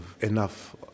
enough